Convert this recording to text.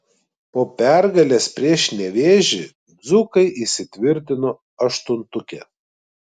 po pergalės prieš nevėžį dzūkai įsitvirtino aštuntuke